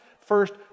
first